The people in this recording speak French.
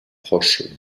proches